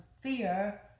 fear